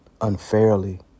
unfairly